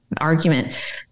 argument